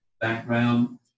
background